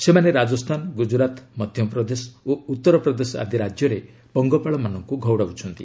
ସେମାନେ ରାଜସ୍ଥାନ ଗୁଜରାତ ମଧ୍ୟପ୍ରଦେଶ ଓ ଉତ୍ତରପ୍ରଦେଶ ଆଦି ରାଜ୍ୟରେ ପଙ୍ଗପାଳମାନଙ୍କୁ ଘଉଡ଼ାଉଚ୍ଚନ୍ତି